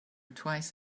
twice